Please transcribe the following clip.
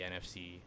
NFC